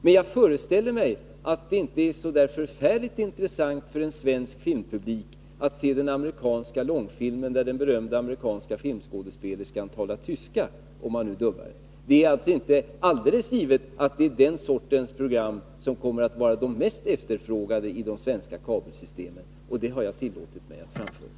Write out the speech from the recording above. Men jag föreställer mig att det inte är så särskilt intressant för en svensk filmpublik att se den amerikanska långfilmen där den berömda amerikanska filmskådespelerskan talar tyska — om filmen är dubbad. Det är alltså inte alldeles givet att det är den sortens program som kommer att vara de mest efterfrågade i de svenska kabelsystemen, och den synpunkten har jag tillåtit mig att framföra.